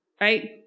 right